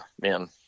man